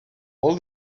all